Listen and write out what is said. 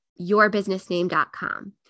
yourbusinessname.com